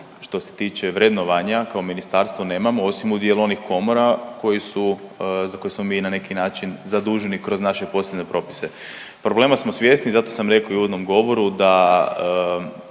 što se tiče vrednovanja kao ministarstvo nemamo, osim u dijelu onih komora za koje smo mi na neki način zaduženi kroz naše posebne propise. Problema smo svjesni, zato sam i rekao u uvodnom govoru da